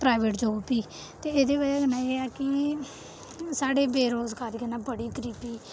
private job बी एह्दी बजह कन्नै एह् ऐ कि साढ़े बेरोजगारी कन्नै बड़ी गरीबी